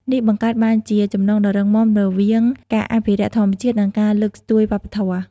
នេះបង្កើតបានជាចំណងដ៏រឹងមាំរវាងការអភិរក្សធម្មជាតិ និងការលើកស្ទួយវប្បធម៌។